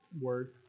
word